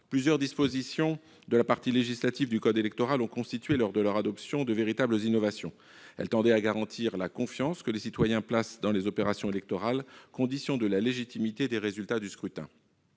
Plusieurs dispositions de la partie législative du code électoral ont constitué lors de leur adoption de véritables innovations. Elles tendaient à garantir la confiance que les citoyens placent dans les opérations électorales, condition de la légitimité des résultats du scrutin.